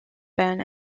burn